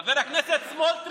חבר הכנסת סמוטריץ',